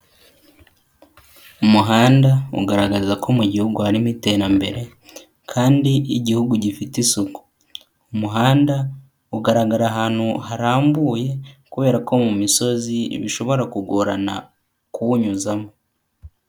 Umuhanda ugaragaza ko mu gihugu harimo iterambere kandi igihugu gifite isuku, umuhanda ugaragara ahantu harambuye kubera ko mu misozi bishobora kugorana kuwunyuzamo.